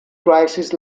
crises